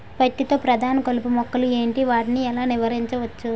పత్తి లో ప్రధాన కలుపు మొక్కలు ఎంటి? వాటిని ఎలా నీవారించచ్చు?